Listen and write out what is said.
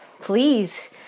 please